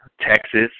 Texas